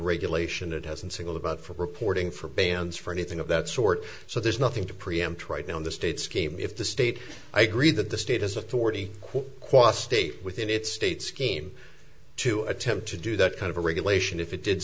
regulation it doesn't single about for reporting for bans for anything of that sort so there's nothing to preempt right now in the state scheme if the state i agree that the state has authority qua state within its state scheme to attempt to do that kind of regulation if it did